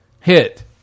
hit